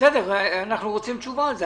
אנחנו רוצים תשובה על זה,